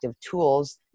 tools